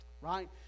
right